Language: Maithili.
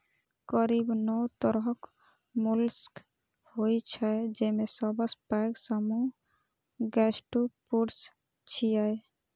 करीब नौ तरहक मोलस्क होइ छै, जेमे सबसं पैघ समूह गैस्ट्रोपोड्स छियै